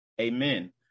Amen